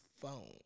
phone